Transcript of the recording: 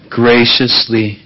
graciously